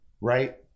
right